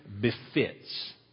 befits